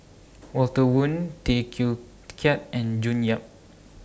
Walter Woon Tay Teow Kiat and June Yap